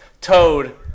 Toad